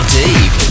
deep